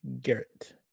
Garrett